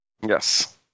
Yes